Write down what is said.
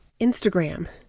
Instagram